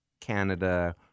canada